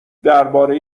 درباره